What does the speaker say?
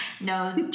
No